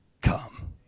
come